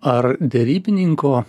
ar derybininko